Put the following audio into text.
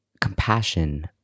compassion